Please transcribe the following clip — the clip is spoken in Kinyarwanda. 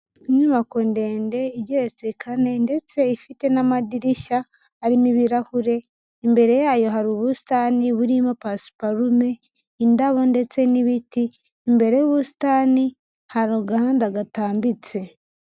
Inyubako ndende igeretse kane ndetse ifite n'amadirishya arimo ibirahure, imbere yayo hari ubusitani burimo pasiparume, indabo ndetse n'ibiti. Imbere y'ubusitani hari agahanda gatambitse.